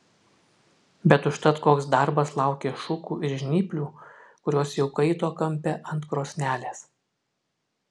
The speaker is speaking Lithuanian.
bet užtat koks darbas laukė šukų ir žnyplių kurios jau kaito kampe ant krosnelės